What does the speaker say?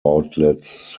outlets